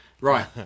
Right